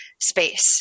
space